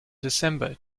december